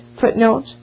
footnote